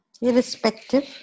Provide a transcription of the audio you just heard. irrespective